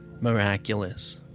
Miraculous